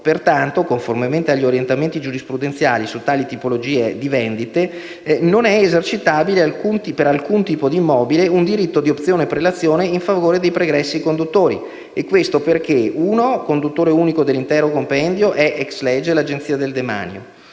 Pertanto, conformemente agli orientamenti giurisprudenziali su tali tipologie di vendite, non è esercitabile per alcun tipo di immobile un diritto di opzione-prelazione in favore dei pregressi conduttori. Ciò perché: in primo luogo, il conduttore unico dell'intero compendio è, *ex lege*, l'Agenzia del demanio;